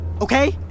okay